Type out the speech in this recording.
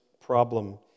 problem